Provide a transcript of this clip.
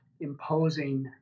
imposing